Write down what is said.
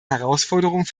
herausforderung